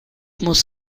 muss